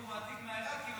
הוא מעתיק מהעיראקים,